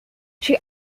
she